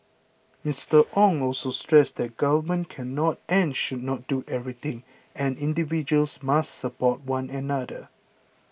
Mister Ong also stressed the Government cannot and should not do everything and individuals must support one another